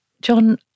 John